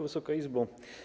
Wysoka Izbo!